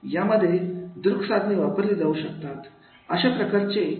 यामध्ये दृक साधने वापरली जाऊ शकतात अशा प्रकारचे प्रशिक्षण दिले जाऊ शकते